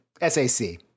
S-A-C